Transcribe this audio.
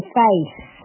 face